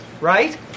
right